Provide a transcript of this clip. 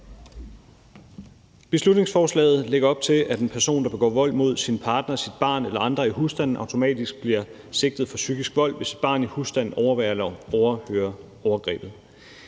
Beslutningsforslaget lægger op til, at en person, der begår vold mod sin partner, sit barn eller andre i husstanden, automatisk bliver sigtet for psykisk vold, hvis et barn i husstanden overværer eller hører overgrebet.